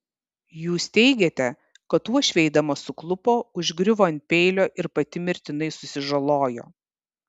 jūs teigiate kad uošvė eidama suklupo užgriuvo ant peilio ir pati mirtinai susižalojo